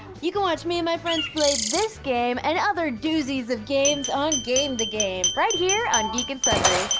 you can watch me and my friends play this game, and other doozies of games, on game the game, right here on geek and sundry,